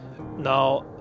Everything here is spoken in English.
Now